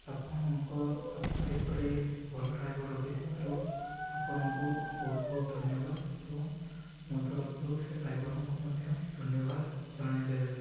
ଆପଣଙ୍କ ଆପଣ ଏପରି ଭଲ ଡ୍ରାଇଭର୍ ରଖିଥିବାରୁ ଆପଣଙ୍କୁ ବହୁତ ବହୁତ ଧନ୍ୟବାଦ ଏବଂ ମୋ ତରଫରୁ ସେ ଡ୍ରାଇଭର୍ଙ୍କୁ ମଧ୍ୟ ଧନ୍ୟବାଦ ଜଣାଇଦେବେ